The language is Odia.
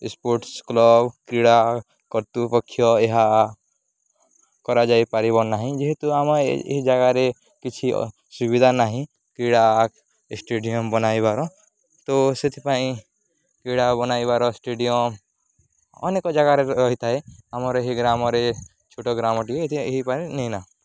ସ୍ପୋର୍ଟସ କ୍ଲବ କ୍ରୀଡ଼ା କର୍ତ୍ତୁପକ୍ଷ ଏହା କରାଯାଇପାରିବ ନାହିଁ ଯେହେତୁ ଆମେ ଏହି ଜାଗାରେ କିଛି ସୁବିଧା ନାହିଁ କ୍ରୀଡ଼ା ଷ୍ଟାଡ଼ିୟମ୍ ବନାଇବାରେ ତ ସେଥିପାଇଁ କ୍ରୀଡ଼ା ବନାଇବାର ଷ୍ଟାଡ଼ିୟମ୍ ଅନେକ ଜାଗାରେ ରହିଥାଏ ଆମର ଏହି ଗ୍ରାମରେ ଛୋଟ ଗ୍ରାମ ଟିକେ